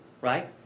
right